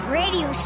radio